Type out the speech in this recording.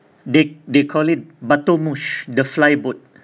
they they call it bateaux mouches the flyboat